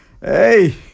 Hey